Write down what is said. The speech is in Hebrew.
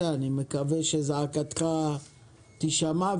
אני מקווה שזעקתך תישמע,